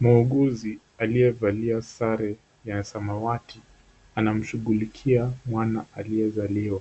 Muuguzi aliyevalia sare ya samawati, anamshughulikia mwana aliyezaliwa.